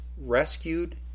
rescued